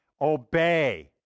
obey